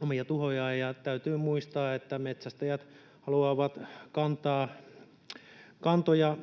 omia tuhojaan. Täytyy muistaa, että metsästäjät haluavat kantoja